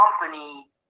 company